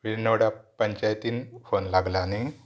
वे नवड्या पंचायतीन फोन लागला न्ही